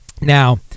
Now